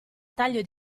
taglio